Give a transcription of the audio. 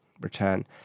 return